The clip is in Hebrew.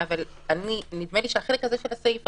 אבל נדמה לי שהחלק הזה של הסעיף,